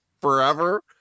forever